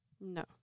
No